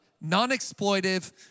non-exploitive